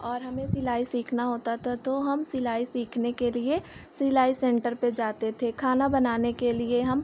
और हमें सिलाई सीखना होता था तो हम सिलाई सीखने के लिए सिलाई सेन्टर पर जाते थे खाना बनाने के लिए हम